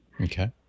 Okay